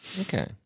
Okay